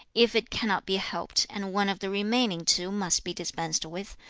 if it cannot be helped, and one of the remaining two must be dispensed with,